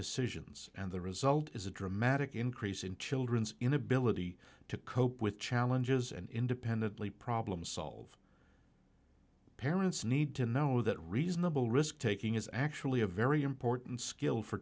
decisions and the result is a dramatic increase in children's inability to cope with challenges and independently problem solve parents need to know that reasonable risk taking is actually a very important skill for